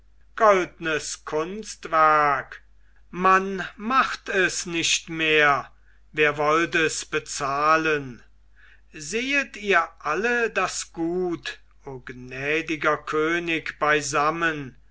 goldnes kunstwerk man macht es nicht mehr wer wollt es bezahlen sehet ihr alle das gut o gnädiger könig beisammen